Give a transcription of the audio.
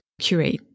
curate